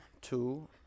two